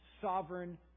sovereign